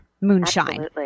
moonshine